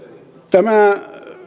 tämä